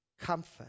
comfort